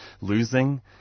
losing